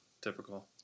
Typical